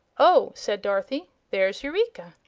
oh, said dorothy. there's eureka.